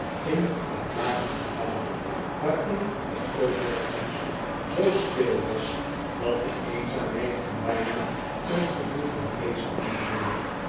in het lage gebouw waarin het overigens zoo stil was dat de eenzaamheid hem bijna een gevoel van vrees